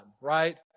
Right